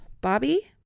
Bobby